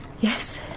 Yes